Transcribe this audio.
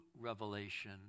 revelation